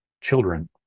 children